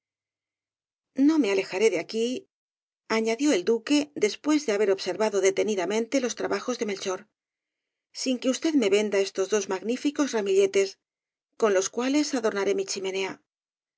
no me alejaré de aquí añadió el duque después de haber observado detenidamente los trabajos de melchorsin que usted me venda estos dos magníficos ramilletes con los cuales adornaré mi chimenea